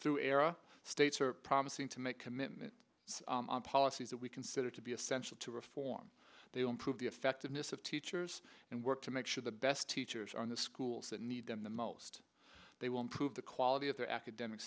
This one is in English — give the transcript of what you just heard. through era states are promising to make commitment policies that we consider to be essential to reform they don't prove the effectiveness of teachers and work to make sure the best teachers are in the schools that need them the most they will improve the quality of their academic